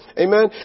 Amen